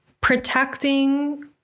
protecting